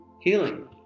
Healing